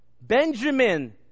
Benjamin